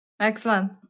Excellent